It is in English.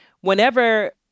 whenever